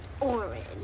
Orange